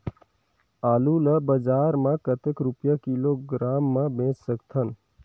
आलू ला बजार मां कतेक रुपिया किलोग्राम म बेच सकथन?